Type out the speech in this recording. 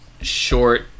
short